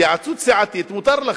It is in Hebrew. התייעצות סיעתית מותר לכם.